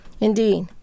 Indeed